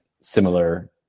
similar